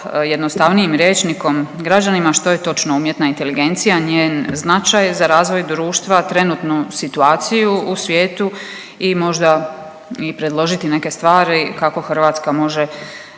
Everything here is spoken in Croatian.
jednostavnijim rječnikom građanima što je točno umjetna inteligencija, njen značaj za razvoj društva, trenutnu situaciju u svijetu i možda i predložiti neke stvari kako Hrvatska može